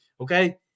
Okay